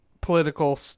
political